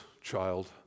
child